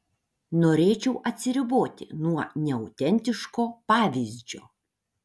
norėčiau atsiriboti nuo neautentiško pavyzdžio